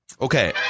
Okay